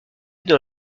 dans